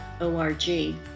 O-R-G